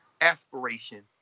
aspiration